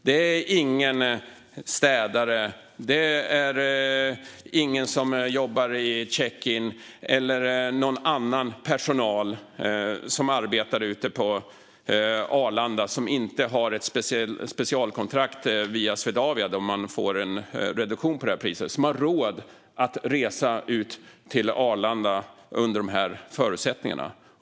Det är ingen städare, ingen som jobbar i check in eller någon annan personal ute på Arlanda - som inte får en prisreduktion via Swedavia - som har råd att resa ut till Arlanda under de här förutsättningarna.